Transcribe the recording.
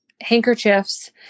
handkerchiefs